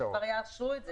שכבר יאשרו את זה.